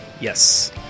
Yes